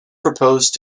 proposed